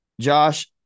Josh